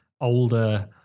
older